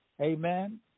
Amen